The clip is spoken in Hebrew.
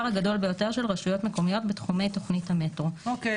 הגדול ביותר של רשויות מקומיות בתחומי תכנית המטרו," אוקיי,